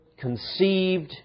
conceived